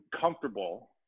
comfortable